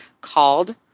called